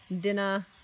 dinner